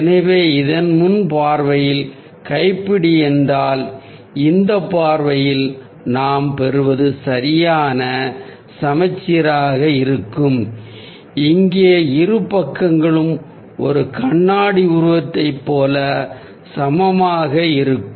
எனவே இது முன்பக்க பார்வையில் கைப்பிடி என்றால் இந்த பார்வையில் நாம் பெறுவது சரியான சமச்சீராக இருக்கும் இங்கே இரு பக்கங்களும் ஒரு கண்ணாடி உருவத்தைப் போல சமமாக இருக்கும்